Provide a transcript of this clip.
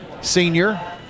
senior